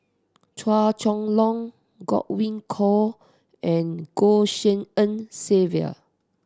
Chua Chong Long Godwin Koay and Goh Tshin En Sylvia